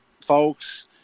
folks